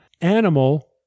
animal